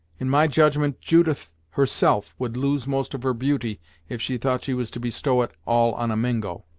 in my judgment judith, herself, would lose most of her beauty if she thought she was to bestow it all on a mingo!